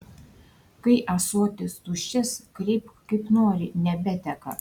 kai ąsotis tuščias kreipk kaip nori nebeteka